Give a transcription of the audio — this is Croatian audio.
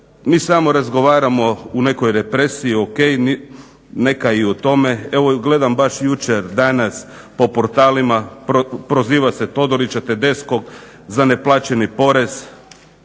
Mi samo razgovaramo o nekoj depresiji, ok neka i o tome. Evo gledam baš jučer, danas po portalima proziva se Todorića, Tedeschkog za neplaćeni porez.